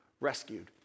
rescued